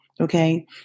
Okay